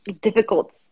difficult